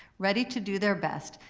ready to do their best,